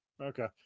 Okay